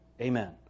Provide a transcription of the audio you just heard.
Amen